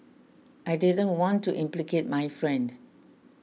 I didn't want to implicate my friend